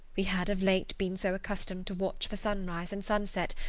we had of late been so accustomed to watch for sunrise and sunset,